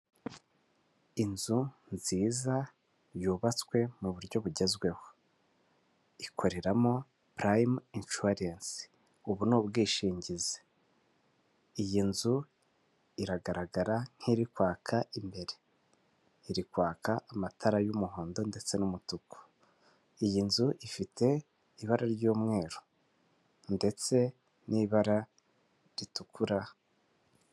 Inzu nziza yubatswe mu buryo bugezweho ikoreramo purayime inshuwarensi, ubu ni ubwishingizi iyi nzu iragaragara nk'iri kwaka imbere, iri kwaka amatara y'umuhondo ndetse n'umutuku. Iyi nzu ifite ibara ry'umweru ndetse n'ibara ritukura.